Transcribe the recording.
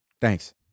Thanks